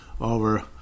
over